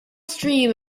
stream